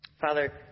Father